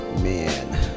Man